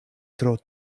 tro